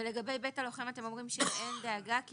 ולגבי בית הלוחם אתם אומרים שאין דאגה, כי